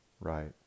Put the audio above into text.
right